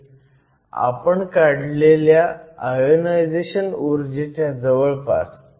म्हणजे आपण काढलेल्या आयोनायझेशन ऊर्जेच्या जवळपास